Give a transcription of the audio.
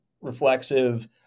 reflexive